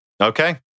Okay